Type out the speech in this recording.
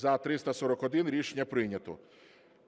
За – 341 Рішення прийнято.